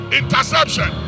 interception